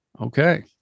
Okay